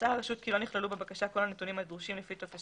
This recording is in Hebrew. מצאה הרשות כי לא נכללו בבקשה כל הנתונים הדרושים לפי טופס